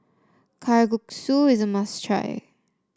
kalguksu is a must try